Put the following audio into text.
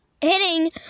hitting